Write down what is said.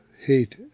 hate